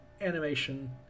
animation